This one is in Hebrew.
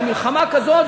זו מלחמה כזאת,